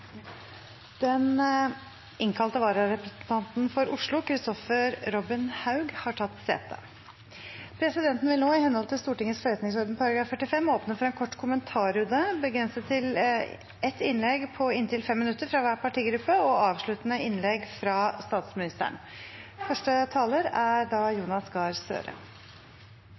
Den innkalte vararepresentanten for Oslo, Kristoffer Robin Haug, har tatt sete. Presidenten vil nå, i henhold til Stortingets forretningsorden § 45, åpne for en kort kommentarrunde begrenset til ett innlegg på inntil 5 minutter fra hver partigruppe og avsluttende innlegg fra statsministeren. Takk til statsministeren, som kommer til Stortinget og redegjør. Det mener jeg er